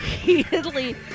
heatedly